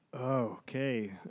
okay